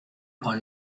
pas